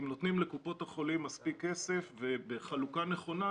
אם נותנים לקופות החולים מספיק כסף ובחלוקה נכונה,